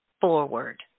forward